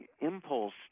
impulse